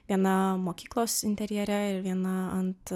viena mokyklos interjere ir viena ant